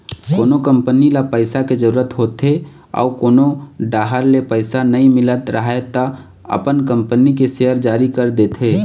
कोनो कंपनी ल पइसा के जरूरत होथे अउ कोनो डाहर ले पइसा नइ मिलत राहय त अपन कंपनी के सेयर जारी कर देथे